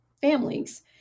families